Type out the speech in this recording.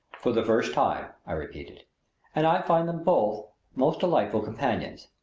for the first time, i repeated and i find them both most delightful companions.